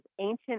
ancient